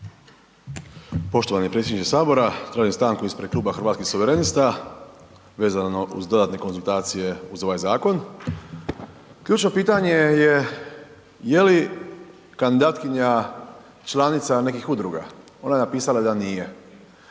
Poštovani predsjedniče Sabora. Tražim stanku ispred Kluba Hrvatskih suverenista vezano uz dodatne konzultacije uz ovaj zakon. Ključno pitanje je je li kandidatkinja članica nekih udruga. Ona je napisala da nije.